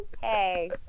hey